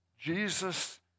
Jesus